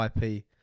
IP